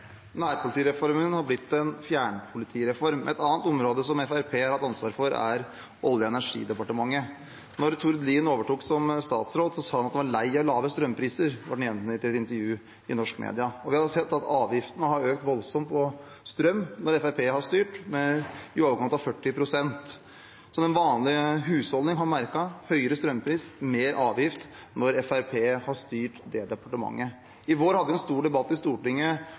Nærpolitireformen har blitt en fjernpolitireform. Et annet område som Fremskrittspartiet har hatt ansvaret for, er Olje- og energidepartementet. Da Tord Lien overtok som statsråd, sa han at han var lei av lave strømpriser – det var gjengitt i et intervju i norske medier. Vi har sett at avgiftene på strøm har økt voldsomt når Fremskrittspartiet har styrt, med i overkant av 40 pst. Som en vanlig husholdning har merket: høyere strømpris og mer avgift når Fremskrittspartiet har styrt det departementet. I vår hadde vi en stor debatt i Stortinget